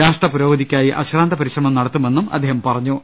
രാഷ്ട്രപുരോഗതിക്കായി അശ്രാന്ത പരിശ്രമം നടത്തുമെന്നും അദ്ദേഹം പറ ഞ്ഞു